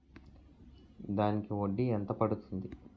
దానికి వడ్డీ ఎంత పడుతుంది?